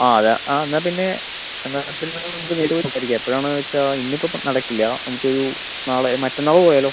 ആ അത് ആ എന്നാൽ പിന്നെ എന്നാൽ പിന്നെ നമുക്ക് നേരിട്ടു പോയി സംസാരിക്കാം എപ്പോഴാണെന്നു വച്ചാൽ ഇന്ന് ഇപ്പോൾ നടക്കില്ല നമുക്കൊരു നാളെയോ മറ്റന്നാൾ പോയാലോ